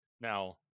Now